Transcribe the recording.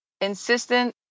insistent